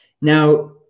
Now